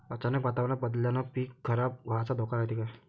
अचानक वातावरण बदलल्यानं पीक खराब व्हाचा धोका रायते का?